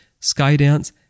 Skydance